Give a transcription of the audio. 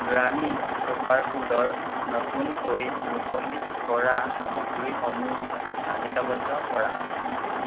গ্ৰামী চুপাৰফুডৰ নতুনকৈ মুকলি কৰা সামগ্ৰীসমূহ তালিকাৱদ্ধ কৰা